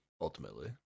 ultimately